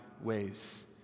ways